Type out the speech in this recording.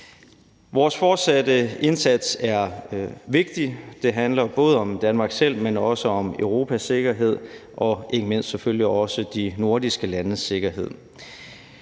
Vores fortsatte indsats er vigtig. Det handler både om Danmark selv, men også om Europas sikkerhed og selvfølgelig ikke mindst om de nordiske landes sikkerhed.